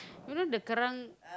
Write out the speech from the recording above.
you know the current